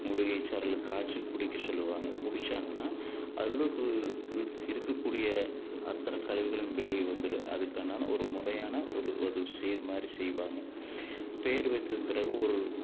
மூலிகை சாறில் காய்ச்சி குடிக்க சொல்வாங்க குடிச்சாங்கன்னா அவ்வளோக்கு இருக்கக்கூடிய அத்தனை கழிவுகளும் வெளியே வந்துடும் அதுக்கான ஒரு முறையான ஒரு அது சேற்மாதிரி செய்வாங்க பேர் வைத்ததுக்கு பிறகு ஒரு